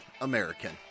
American